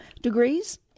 degrees